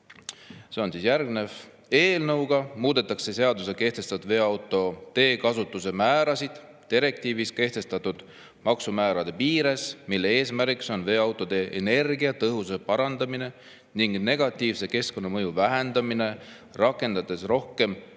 See on järgnev: "Eelnõuga muudetakse seadusega kehtestatud veoauto teekasutustasu määrasid direktiivis kehtestatud maksimummäärade piires, mille eesmärgiks on veoautode energiatõhususe parandamine ning negatiivse keskkonnamõju vähendamine, rakendades rohkem